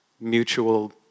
mutual